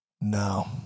no